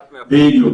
בדיוק.